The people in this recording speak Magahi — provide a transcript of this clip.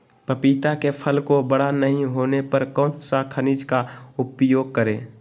पपीता के फल को बड़ा नहीं होने पर कौन सा खनिज का उपयोग करें?